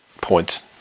points